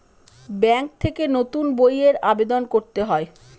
bank থেকে নতুন বইয়ের আবেদন করতে হয়